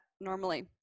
normally